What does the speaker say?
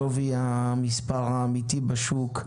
שווי המספר האמיתי בשוק,